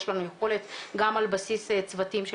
יש לנו יכולת גם על בסיס צוותים של